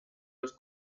los